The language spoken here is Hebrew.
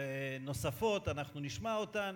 נוספות אנחנו נשמע אותן,